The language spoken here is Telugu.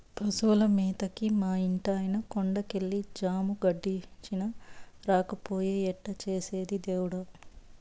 పశువుల మేతకి మా ఇంటాయన కొండ కెళ్ళి జాము గడిచినా రాకపాయె ఎట్టా చేసేది దేవుడా